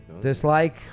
Dislike